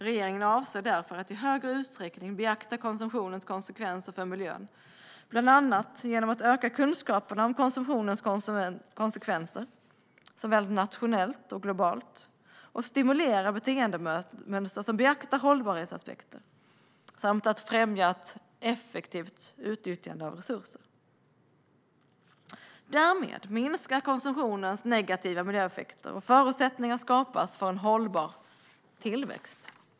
Regeringen avser därför att i högre utsträckning beakta konsumtionens konsekvenser för miljön genom att bland annat öka kunskaperna om konsumtionens konsekvenser, såväl nationellt som globalt stimulera beteendemönster som beaktar hållbarhetsaspekter samt främja ett effektivt utnyttjande av resurser. Därmed minskar konsumtionens negativa miljöeffekter, och förutsättningar skapas för en hållbar tillväxt.